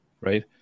right